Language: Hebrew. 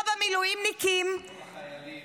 לא במילואימניקים -- לא בחיילים.